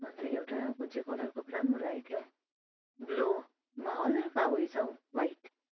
अन्त एउटा कुन चाहिँ कलरको पो राम्रो लागेको थियो हौ ब्लुमा हलका उयो छ हौ वाइट